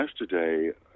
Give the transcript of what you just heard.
yesterday